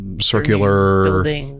circular